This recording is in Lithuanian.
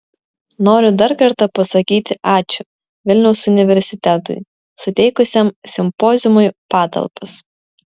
noriu dar kartą pasakyti ačiū vilniaus universitetui suteikusiam simpoziumui patalpas